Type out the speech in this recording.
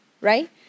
Right